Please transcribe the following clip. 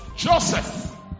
Joseph